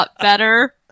better